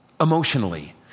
emotionally